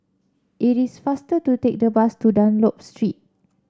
it is faster to take the bus to Dunlop Street